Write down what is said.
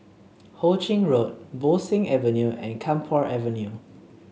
Ho Ching Road Bo Seng Avenue and Camphor Avenue